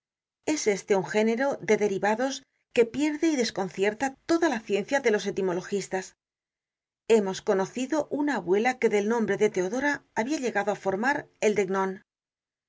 es este un género de derivados que pierde y desconcierta toda la ciencia de los elimologistas hemos conocido una abuela que del nombre de teodora habia llegado á formar el